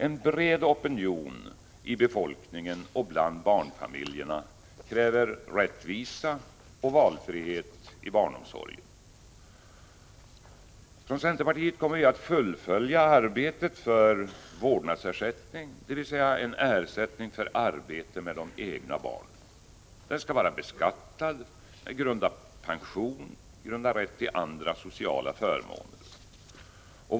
En bred opinion i befolkningen och bland barnfamiljerna kräver rättvisa och valfrihet i barnomsorgen. Centerpartiet kommer att fullfölja arbetet för vårdnadsersättning, dvs. en ersättning för arbete med de egna barnen. Den skall vara beskattad och därmed grunda rätt till pension och andra sociala förmåner.